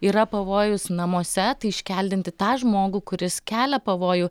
yra pavojus namuose tai iškeldinti tą žmogų kuris kelia pavojų